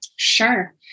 Sure